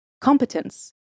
competence